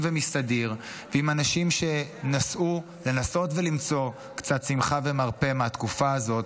ומסדיר ועם אנשים שנסעו לנסות למצוא קצת שמחה ומרפא מהתקופה הזאת,